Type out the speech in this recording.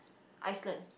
Iceland